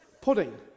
Pudding